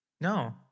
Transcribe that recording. No